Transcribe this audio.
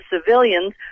civilians